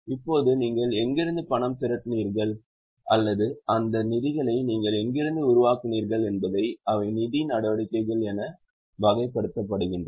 இப்போது நீங்கள் எங்கிருந்து பணம் திரட்டினீர்கள் அல்லது அந்த நிதிகளை நீங்கள் எங்கிருந்து உருவாக்கினீர்கள் என்பது அவை நிதி நடவடிக்கைகள் என வகைப்படுத்தப்படுகின்றன